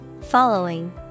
following